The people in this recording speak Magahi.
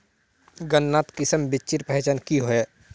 गन्नात किसम बिच्चिर पहचान की होय?